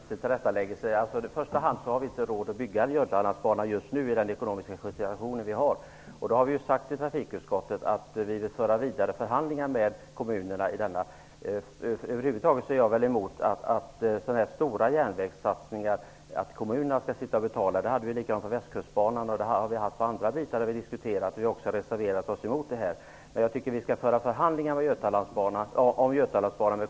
Fru talman! Jag vill göra ett tillrättaläggande. Först och främst har vi inte råd att bygga en Götalandsbana just ju i den rådande ekonomiska situationen. Då har vi sagt i trafikutskottet att man får förhandla med kommunerna. Över huvud taget är jag emot att kommunerna skall betala sådana här stora järnvägssatsningar. Det var likadant i fråga om Västkustbanan och andra banor. Vi har reserverat oss mot detta. Jag tycker att vi skall förhandla med kommunerna om Götalandsbanan.